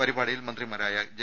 പരിപാടിയിൽ മന്ത്രിമാരായ ജെ